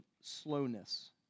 slowness